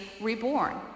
reborn